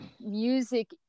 music